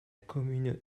commune